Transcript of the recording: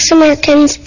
Americans